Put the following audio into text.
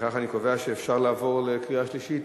לפיכך אני קובע שאפשר לעבור לקריאה שלישית,